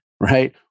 right